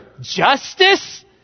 justice